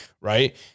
Right